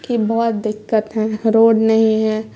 کی بہت دقت ہے روڈ نہیں ہے